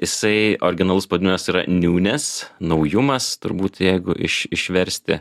jisai originalus pavadinimas yra niūnes naujumas turbūt jeigu iš išversti